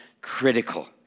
critical